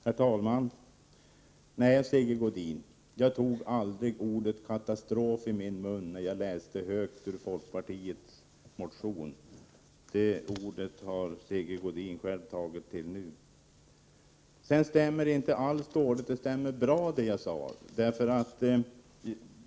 Herr talman! Nej, Sigge Godin, jag tog aldrig ordet katastrof i min mun när jag läste högt ur folkpartiets motion; det ordet har Sigge Godin själv tagit till nu. Vad jag sade stämmer inte alls dåligt, utan det stämmer bra.